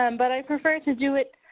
um but, i prefer to do it